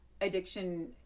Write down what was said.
addiction